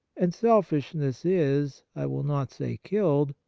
and selfishness is, i will not say killed,